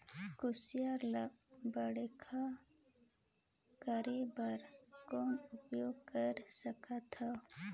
कुसियार ल बड़खा करे बर कौन उपाय कर सकथव?